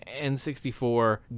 N64